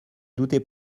doutais